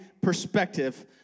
perspective